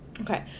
Okay